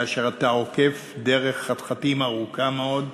כאשר אתה עוקף דרך חתחתים ארוכה מאוד,